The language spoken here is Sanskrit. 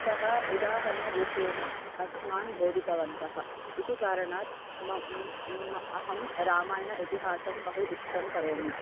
सः उदाहरणरूपेण अस्मान् बोधितवन्तः इति कारणात् म अहं रामायणम् इतिहासं बहु इष्टं करोमि